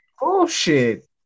Bullshit